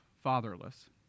fatherless